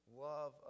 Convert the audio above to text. love